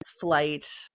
flight